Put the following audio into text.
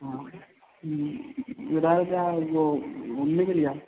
हाँ बता रहे थे आप वह घूमने के लिए आप